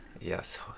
Yes